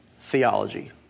theology